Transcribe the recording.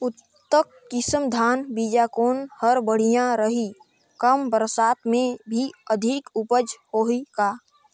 उन्नत किसम धान बीजा कौन हर बढ़िया रही? कम बरसात मे भी अधिक उपज होही का?